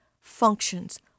functions